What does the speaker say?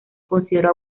consideró